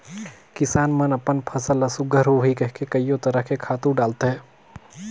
किसान मन अपन फसल ल सुग्घर होही कहिके कयो तरह के खातू डालथे